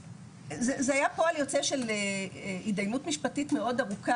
זה היה פועל יוצא של התדיינות משפטית מאוד ארוכה,